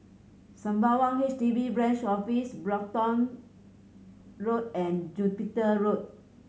Sembawang H D B Branch Office Brompton Road and Jupiter Road